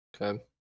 Okay